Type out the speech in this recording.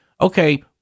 Okay